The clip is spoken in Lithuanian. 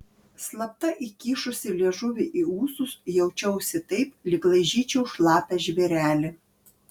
slapta įkišusi liežuvį į ūsus jaučiausi taip lyg laižyčiau šlapią žvėrelį